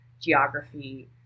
geography